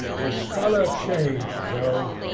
his colour changed though,